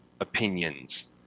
opinions